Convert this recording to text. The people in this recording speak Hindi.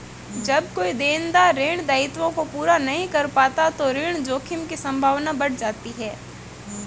जब कोई देनदार ऋण दायित्वों को पूरा नहीं कर पाता तो ऋण जोखिम की संभावना बढ़ जाती है